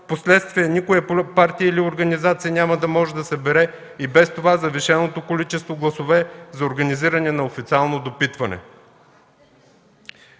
впоследствие никоя партия или организация няма да може да събере и без това завишеното количество гласове за организиране на официално допитване.